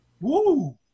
Woo